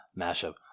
mashup